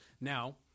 Now